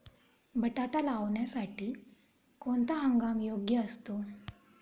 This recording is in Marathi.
बटाटा लावण्यासाठी कोणता हंगाम योग्य असतो?